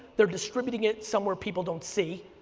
they're distributing it somewhere people don't see,